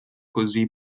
così